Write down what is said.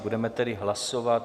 Budeme tedy hlasovat.